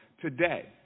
today